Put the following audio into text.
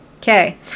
okay